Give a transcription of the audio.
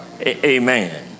Amen